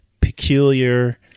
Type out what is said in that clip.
peculiar